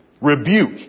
rebuke